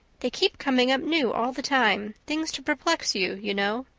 they keep coming up new all the time things to perplex you, you know.